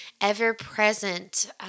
ever-present